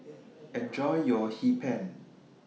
Enjoy your Hee Pan